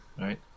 Right